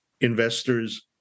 investors